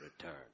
return